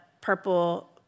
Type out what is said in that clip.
purple